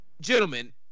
Gentlemen